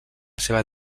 seva